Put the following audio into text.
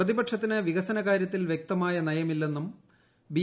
പ്രതിപക്ഷത്തിന് വികസനകാര്യത്തിൽ വ്യക്തമായ നയമില്ലെന്നും ബി